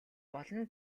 болно